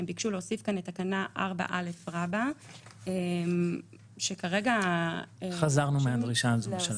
ביקשו להוסיף כאן את תקנה 4א. חזרנו בנו מהדרישה הזאת.